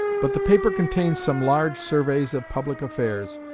but the paper contains some large surveys of public affairs,